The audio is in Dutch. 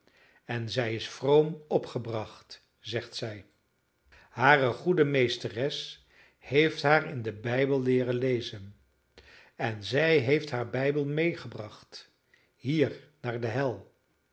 en zij is vroom opgebracht zegt zij hare goede meesteres heeft haar in den bijbel leeren lezen en zij heeft haar bijbel meegebracht hier naar de hel